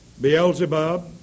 Beelzebub